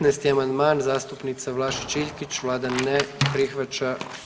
15. amandman zastupnica Vlašić Iljkić, vlada ne prihvaća.